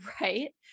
Right